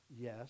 yes